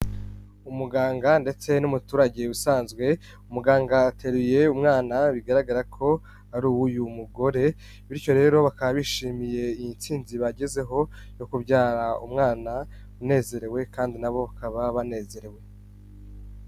Umuganga ndetse n'umuturage usanzwe, muganga ateruye umwana bigaragara ko ari uw'uyu mugore, bityo rero bakaba bishimiye iyi ntsinzi bagezeho yo kubyara umwana unezerewe kandi na bo bakaba banezerewe.